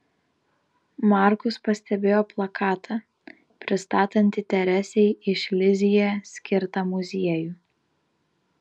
markus pastebėjo plakatą pristatantį teresei iš lizjė skirtą muziejų